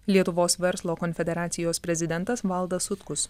lietuvos verslo konfederacijos prezidentas valdas sutkus